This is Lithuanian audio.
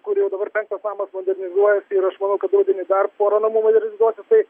kur jau dabar penktas namas modernizuojasi ir aš manau kad rudenį dar porą namų modernizuosis tai